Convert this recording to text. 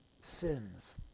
sins